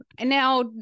now